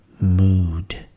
mood